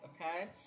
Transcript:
okay